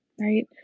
right